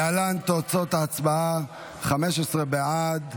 להלן תוצאות ההצבעה: 15 בעד,